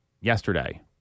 yesterday